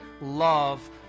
love